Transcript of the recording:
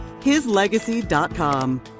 hislegacy.com